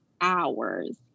hours